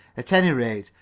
at any rate,